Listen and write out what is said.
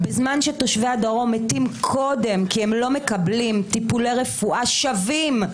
בזמן שתושבי הדרום מתים קודם כי הם לא מקבלים טיפולי רפואה שווים,